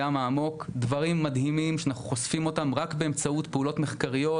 הים העמוק דברים מדהימים שאנחנו חושפים רק באמצעות פעולות מחקריות,